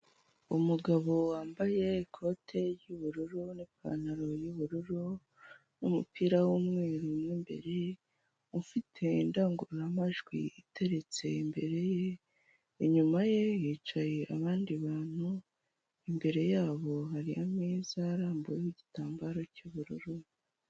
Umugabo wambaye ikote ry'ubururu n'ipantaro y'ubururu, n'umupira w'umweru mo imbere, ufite indangururamajwi iteretse imbere ye, inyuma ye hicaye abandi bantu, imbere yabo hari ameza arambuyeho igitambaro cy'ubururu.